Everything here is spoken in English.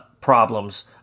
problems